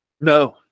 No